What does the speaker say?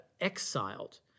exiled